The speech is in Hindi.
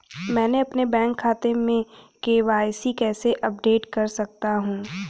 मैं अपने बैंक खाते में के.वाई.सी कैसे अपडेट कर सकता हूँ?